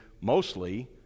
mostly